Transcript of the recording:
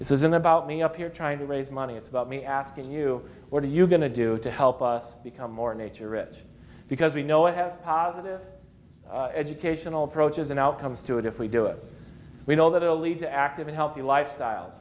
isn't about me up here trying to raise money it's about me asking you what are you going to do to help us become more nature rich because we know i have positive educational approaches an outcome to it if we do it we know that it will lead to active and healthy lifestyles